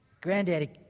Granddaddy